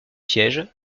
siège